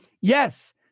Yes